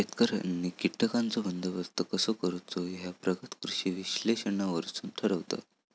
शेतकऱ्यांनी कीटकांचो बंदोबस्त कसो करायचो ह्या प्रगत कृषी विश्लेषणावरसून ठरवतत